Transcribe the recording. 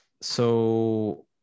so-